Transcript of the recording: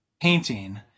painting